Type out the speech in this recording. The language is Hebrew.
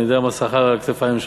אני יודע מה סחבת על הכתפיים שלך.